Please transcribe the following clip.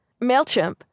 MailChimp